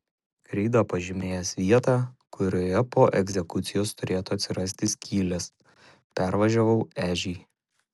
kreida pažymėjęs vietą kurioje po egzekucijos turėtų atsirasti skylės pervažiavau ežį